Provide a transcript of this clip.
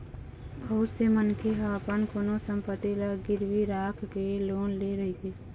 बहुत से मनखे ह अपन कोनो संपत्ति ल गिरवी राखके लोन ले रहिथे